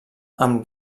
amb